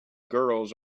girls